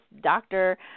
doctor